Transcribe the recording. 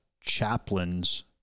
chaplains